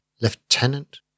Lieutenant